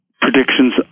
predictions